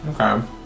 Okay